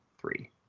three